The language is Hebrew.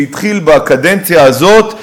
שהתחיל בקדנציה הזאת,